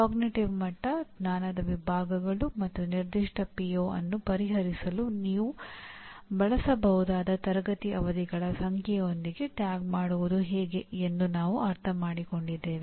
ಕಲಿಕೆಯು ಹೊಸ ಜ್ಞಾನ ನಡವಳಿಕೆ ಕೌಶಲ್ಯಗಳು ಮೌಲ್ಯಗಳು ಆದ್ಯತೆಗಳು ಅಥವಾ ತಿಳುವಳಿಕೆಯನ್ನು ಪಡೆದುಕೊಳ್ಳುವುದು ಎಂಬುದನ್ನು ನಾವು ಪರಿಗಣಿಸಿದ್ದೇವೆ